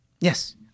yes